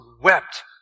wept